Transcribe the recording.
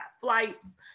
flights